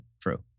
true